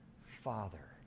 father